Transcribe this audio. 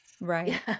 right